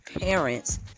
parents